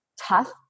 tough